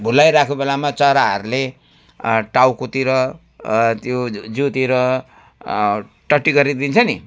भुल्याइरहेको बेलामा चराहरूले टाउकोतिर त्यो जिउतिर टट्टी गरिदिन्छ पनि